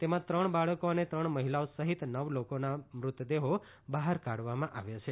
તેમાં ત્રણ બાળકો અને ત્રણ મહિલાઓ સહિત નવ લોકોના મૃતદેહો બહાર કાઢવામાં આવ્યા છે